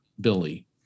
Billy